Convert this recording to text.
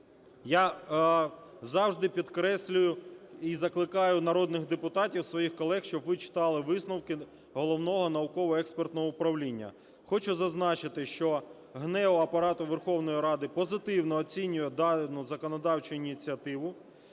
Я завжди підкреслюю і закликаю народних депутатів, своїх колег, щоб ви читали висновки Головного науково-експертного управління. Хочу зазначити, що ГНЕУ Апарату Верховної Ради позитивно оцінює дану законодавчу ініціативу,